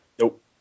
Nope